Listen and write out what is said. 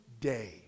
day